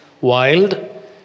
wild